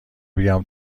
بیام